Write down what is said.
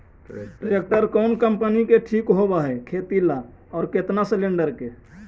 Tractor कोन company के ठीक होब है खेती ल औ केतना सलेणडर के?